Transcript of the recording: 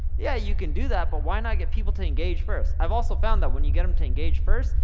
yeah, you can do that, but why not get people to engage first? i've also found that when you get em to engage first,